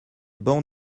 bancs